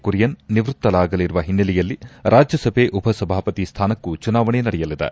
ಕುರಿಯನ್ ನಿವೃತ್ತರಾಗಲಿರುವ ಹಿನ್ನೆಲೆಯಲ್ಲಿ ರಾಜ್ಯಸಭೆ ಉಪಸಭಾಪತಿ ಸ್ವಾನಕ್ಕೂ ಚುನಾವಣೆ ನಡೆಯಲಿದೆ